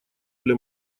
для